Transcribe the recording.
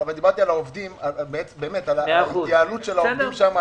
אבל דיברתי על ההתייעלות של העובדים שם,